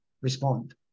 respond